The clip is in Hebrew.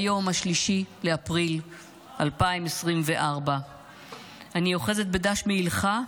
היום 3 באפריל 2024, אני אוחזת בדש מעילך,